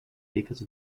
because